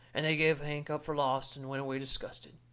and they give hank up for lost and went away disgusted.